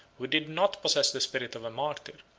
who did not possess the spirit of a martyr,